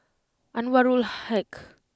Anwarul Haque